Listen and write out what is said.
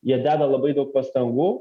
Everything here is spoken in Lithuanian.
jie deda labai daug pastangų